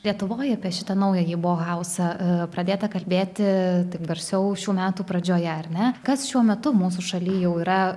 lietuvoj apie šitą naująjį bohauzą pradėta kalbėti garsiau šių metų pradžioje ar ne kas šiuo metu mūsų šaly jau yra